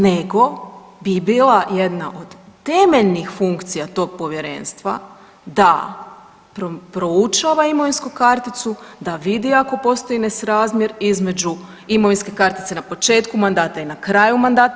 Nego, bi bila jedna od temeljnih funkcija tog povjerenstva da proučava imovinsku karticu, da vidi ako postoji nesrazmjer između imovinske kartice na početku mandata i nakraju mandata.